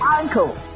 uncle